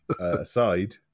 aside